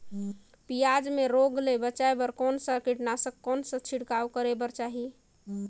पियाज मे रोग ले बचाय बार कौन सा कीटनाशक कौन छिड़काव करे बर चाही?